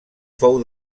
fou